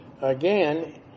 again